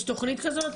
יש תכנית כזאת?